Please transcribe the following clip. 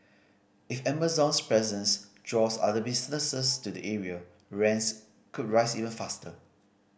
if Amazon's presence draws other businesses to the area rents could rise even faster